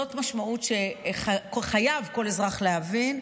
זו משמעות שחייב כל אזרח להבין.